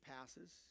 passes